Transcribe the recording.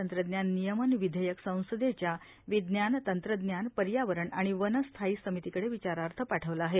तंत्रज्ञान नियमन विधेयक संसदेच्या विज्ञान तंत्रज्ञान पर्यावरण आणि वन स्थायी समितीकडे विचारार्थ पाठवलं आहे